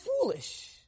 foolish